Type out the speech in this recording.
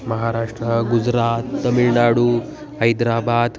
Maharashtra Gujarat Tamil Nadu Hyderabad